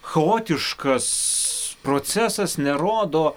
chaotiškas procesas nerodo